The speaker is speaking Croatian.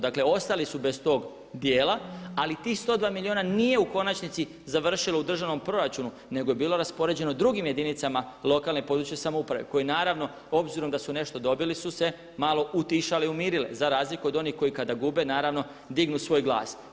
Dakle ostali su bez tog dijela ali tih 102 milijuna nije u konačnici završilo u državnom proračunu nego je bilo raspoređeno drugim jedinicama lokalne i područne samouprave koje naravno obzirom da su nešto dobili su se malo utišale i umirile za razliku od onih koji kada gube dignu svoj glas.